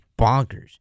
bonkers